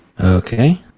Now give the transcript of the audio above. Okay